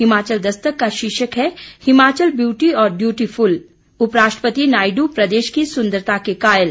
हिमाचल दस्तक का शीर्षक है हिमाचल ब्यूटी और डयूटीफुल उपराष्ट्रपति नायडू प्रदेश की सुंदरता के कायल